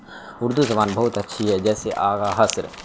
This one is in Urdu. اردو زبان بہت اچھی ہے جیسے آغا حسر